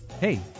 Hey